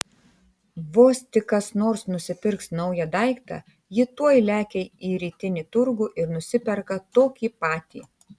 vos tik kas nors nusipirks naują daiktą ji tuoj lekia į rytinį turgų ir nusiperka tokį patį